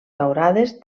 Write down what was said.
daurades